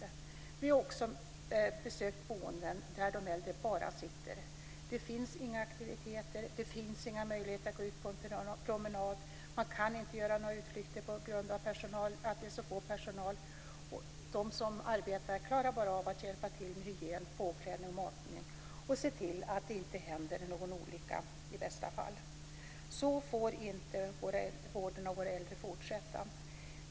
Men jag har också besökt boenden där de äldre bara sitter. Det finns inga aktiviteter. Det finns inga möjligheter att gå ut på promenad. Man kan inte göra några utflykter på grund av att det är så få i personalen. De som arbetar klarar bara av att hjälpa till med hygien, påklädning och matning och se till att det inte händer någon olycka i bästa fall. Så får inte vården av våra äldre fortsätta.